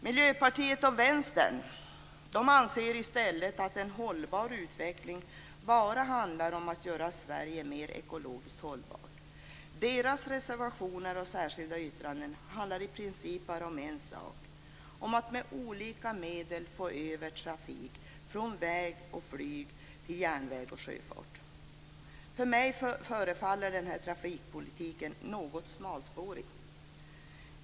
Miljöpartiet och Vänstern anser i stället att en hållbar utveckling bara handlar om att göra Sverige mer ekologiskt hållbart. Deras reservationer och särskilda yttranden handlar i princip bara om en sak, att med olika medel få över trafik från väg och flyg till järnväg och sjöfart. Mig förefaller den trafikpolitiken något smalspårig.